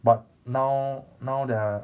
but now now there are